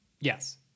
Yes